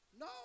No